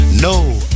No